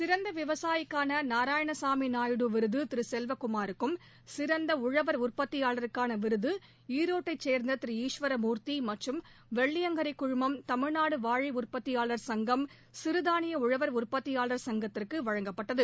சிறந்த விவசாயிக்கான நாராயணசாமி நாயுடு விருது திரு செல்வகுமாருக்கும் சிறந்த உழவர் உற்பத்தியாளருக்கான விருது ஈரோட்டைச் சேர்ந்த திரு ஈஸ்வர மூர்த்தி வெள்ளியங்கிரி குழுமம் தமிழ்நாடு வாழை உற்பத்தியாளர் சங்கம் சிறுதாளிய உழவர் உற்பத்தியாளர் சங்கத்திற்கு வழங்கப்பட்டது